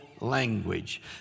language